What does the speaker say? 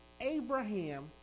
Abraham